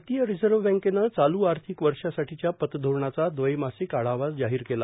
भारतीय रिझव्र्ह बँकेनं चालू आर्थिक वर्षासाठीच्या पतधोरणाचा दवैमासिक आढावा जाहीर केला